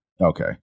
Okay